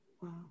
Wow